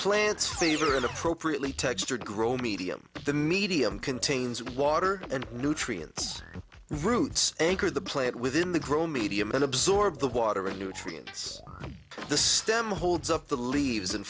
plants favorite appropriately textured grown medium the medium contains water and nutrients roots anchor the plate within the grown medium and absorb the water and nutrients the stem holds up the leaves and